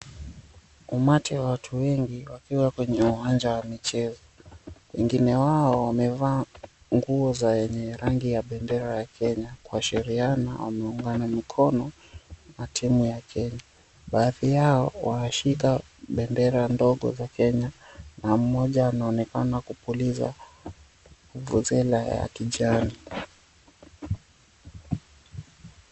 Umati wa watu wengi wakiwa kwenye uwanja wa michezo. Wengine wao wamevaa nguo za yenye rangi ya bendera ya Kenya kuashiriana wameungana mkono na timu ya Kenya. Baadhi yao wameshika bendera ndogo za Kenya na mmoja anaonekana kupuliza vuvuzela ya kijani.